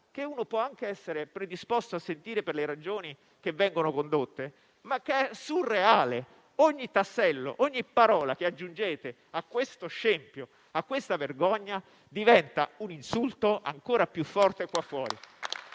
che si può anche essere predisposti a sentire per le ragioni che vengono addotte, ma che è surreale. Ogni tassello, ogni parola che aggiungete a questo scempio e vergogna diventa un insulto ancora più forte fuori